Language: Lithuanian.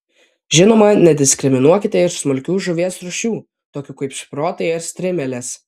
žinoma nediskriminuokite ir smulkių žuvies rūšių tokių kaip šprotai ar strimelės